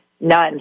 none